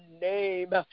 name